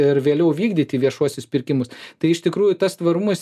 ir vėliau vykdyti viešuosius pirkimus tai iš tikrųjų tas tvarumas